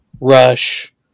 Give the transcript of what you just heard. Rush